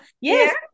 Yes